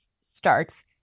starts